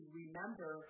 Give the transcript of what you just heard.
remember